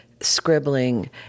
scribbling